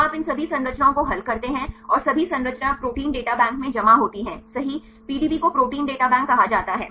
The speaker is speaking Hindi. तो आप इन सभी संरचनाओं को हल करते हैं और सभी संरचनाएं अब प्रोटीन डाटा बैंक में जमा होती हैं सही पीडीबी को प्रोटीन डेटा बैंक कहा जाता है